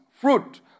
fruit